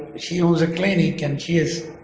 she owns a clinic and she is